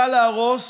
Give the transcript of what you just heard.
קל להרוס